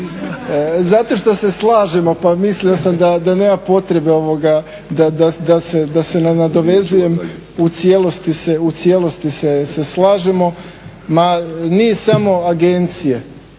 Zato što se slažemo pa mislio sam da nema potrebe da se ne nadovezujem, u cijelosti se slažemo. …/Govornik